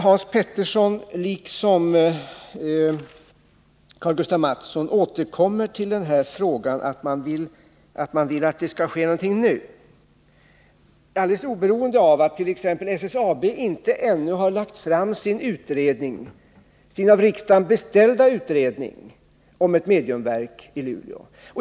Hans Petersson och Karl-Gustaf Mathsson upprepade att de vill att det skall ske någonting nu alldeles oberoende av att t.ex. SSAB ännu inte har lagt fram sin av riksdagen beställda utredning om ett mediumverk i Luleå.